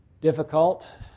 difficult